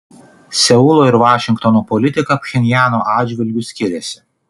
seulo ir vašingtono politika pchenjano atžvilgiu skiriasi